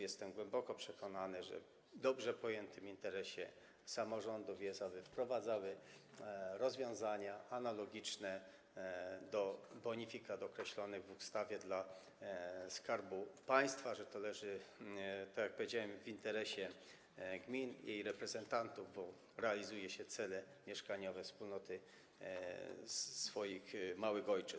Jestem głęboko przekonany, że w dobrze pojętym interesie samorządów jest to, aby wprowadzały rozwiązania analogiczne do bonifikat określonych w ustawie dla Skarbu Państwa, że to leży, tak jak powiedziałem, w interesie gmin i reprezentantów, bo realizuje się cele mieszkaniowe wspólnoty swoich małych ojczyzn.